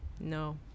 no